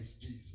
Jesus